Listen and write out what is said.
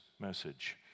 message